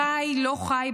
חי-לא-חי,